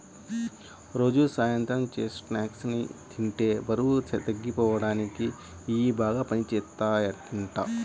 రోజూ సాయంత్రం చెస్ట్నట్స్ ని తింటే బరువు తగ్గిపోడానికి ఇయ్యి బాగా పనిజేత్తయ్యంట